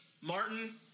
Martin